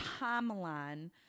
timeline